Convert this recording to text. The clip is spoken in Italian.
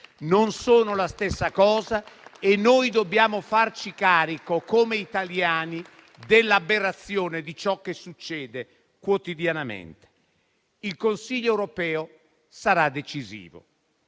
Non sono la stessa cosa e noi come italiani, dobbiamo farci carico, dell'aberrazione di ciò che succede quotidianamente. Il Consiglio europeo sarà decisivo.